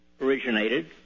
originated